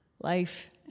life